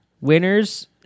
winners